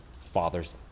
fathers